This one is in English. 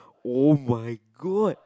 oh my god